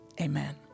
Amen